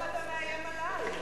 למה אתה מאיים עלי?